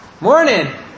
Morning